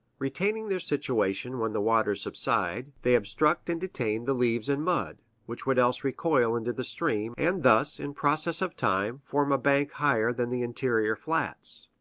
retaining their situation when the waters subside, they obstruct and detain the leaves and mud, which would else recoil into the stream, and thus, in process of time, form a bank higher than the interior flats.